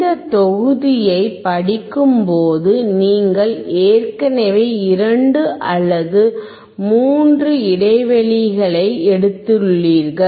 இந்த தொகுதியைப் படிக்கும்போது நீங்கள் ஏற்கனவே 2 அல்லது 3 இடைவெளிகளை எடுத்துள்ளீர்கள்